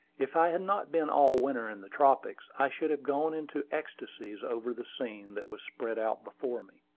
if i had not been all winter in the tropics, i should have gone into ecstasies over the scene that was spread out before me.